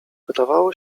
wydawało